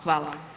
Hvala.